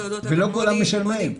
ולא כולם משלמים.